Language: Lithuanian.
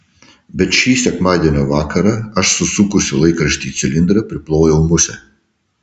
bet šį sekmadienio vakarą aš susukusi laikraštį į cilindrą priplojau musę